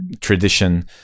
tradition